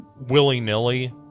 willy-nilly